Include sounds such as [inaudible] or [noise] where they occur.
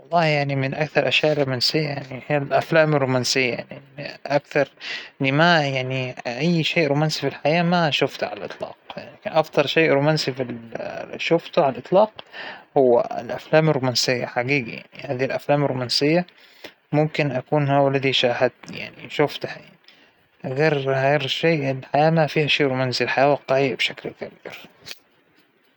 ما فى موقف طريف بعينه، [hesitation] يحضرنى الحين، لكن أعتقد أنه لازم نحنا كأفراد بالمجتمع نحاول نهون على بعض، ون- ونكون احنا الضحكة اللى تنرسم بوجوه الآخرين، إنه بس نساوى هيك، [hesitation] المجتمع بيتغير للأحسن، وبيصير أطرف فعلاً وأكثر تفاؤل.